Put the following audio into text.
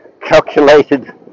calculated